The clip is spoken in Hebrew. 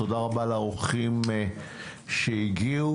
תודה רבה לאורחים שהגיעו.